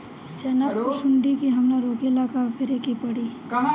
चना पर सुंडी के हमला रोके ला का करे के परी?